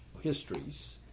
histories